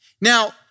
Now